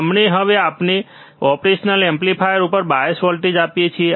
હવે આપણે operation amplifier ઉપર બાયસ વોલ્ટેજ આપીએ છીએ